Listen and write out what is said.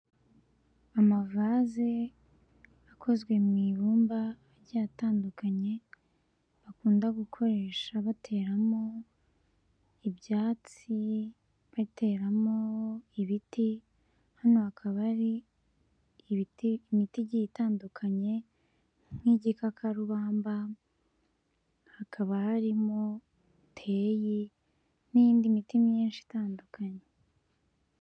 Amavaze akozwe mu ibumba agiye atandukanye, bakunda gukoresha bateramo ibyatsi, bateramo ibiti, hano hakaba hari imiti igiye itandukanye nk'igikakarubamba, hakaba harimo teyi n'indi miti myinshi itandukanye.